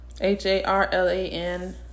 H-A-R-L-A-N